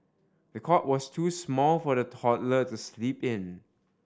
the cot was too small for the toddler to sleep in